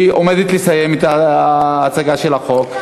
היא עומדת לסיים את ההצגה של החוק.